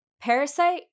Parasite